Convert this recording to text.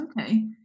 Okay